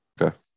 Okay